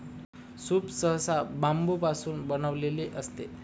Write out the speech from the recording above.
soup सहसा बांबूपासून बनविलेले असते